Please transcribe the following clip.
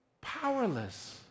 Powerless